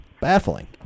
baffling